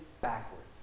backwards